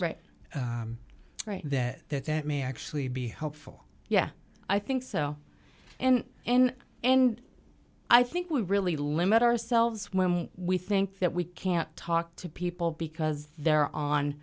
right right that that that may actually be helpful yeah i think so and in and i think we really limit ourselves when we think that we can't talk to people because they're on